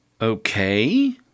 okay